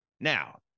Now